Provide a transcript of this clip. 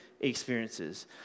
experiences